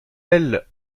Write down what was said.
ailes